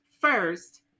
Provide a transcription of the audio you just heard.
First